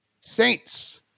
saints